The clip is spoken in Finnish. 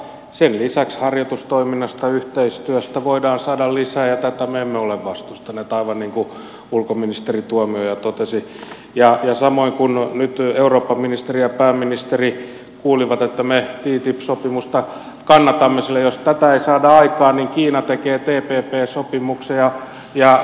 sen lisäksi harjoitustoiminnasta yhteistyöstä voidaan saada lisää ja tätä me emme ole vastustaneet aivan niin kuin ulkoministeri tuomioja totesi samoin kuin nyt eurooppaministeri ja pääministeri kuulivat että me ttip sopimusta kannatamme sillä jos tätä ei saada aikaan niin kiina ja aasian maat tekevät tpp sopimuksen ja me putoamme väliin